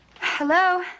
hello